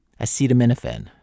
acetaminophen